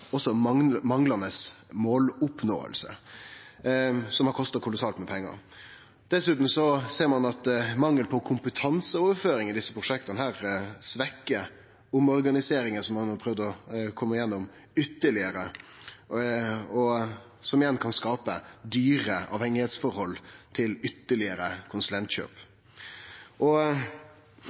manglande måloppnåing, noko som har kosta kolossalt med pengar. Dessutan ser ein at mangel på kompetanseoverføring i desse prosjekta ytterlegare svekkjer omorganiseringar som ein har prøvd å kome seg gjennom, og som igjen kan skape dyre avhengigheitsforhold til ytterlegare konsulentkjøp.